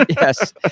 Yes